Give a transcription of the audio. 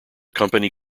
company